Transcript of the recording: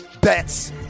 bets